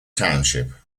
township